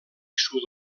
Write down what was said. sud